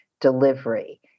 delivery